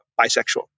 bisexual